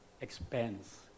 expense